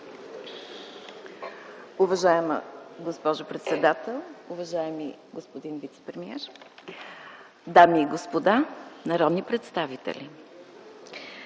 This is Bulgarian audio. Уважаема госпожо председател, уважаеми господин вицепремиер, дами и господа народни представители!